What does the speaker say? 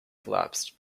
collapsed